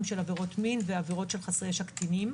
עבירות מין ועבירות של חסרי ישע קטינים,